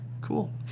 cool